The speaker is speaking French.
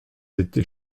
étés